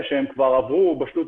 זה ההורה,